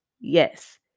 Yes